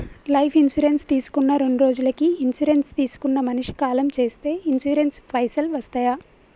Life insurance తీసుకున్న రెండ్రోజులకి insurance తీసుకున్న మనిషి కాలం చేస్తే ఇన్సూరెన్స్ పైసల్ వస్తయా?